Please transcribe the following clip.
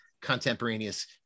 contemporaneous